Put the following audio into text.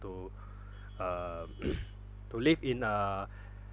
to uh to live in uh